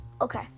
Okay